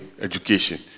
education